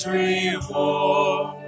reward